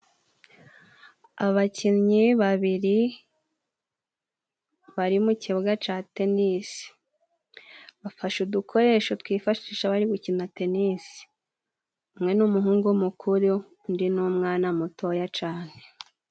Abakinnyi babiri bari mu kibuga ca tenisi bafashe udukoresho twifashisha bari gukina tenisi umwe ni umuhungu mukuru undi ni umwana mutoya cane.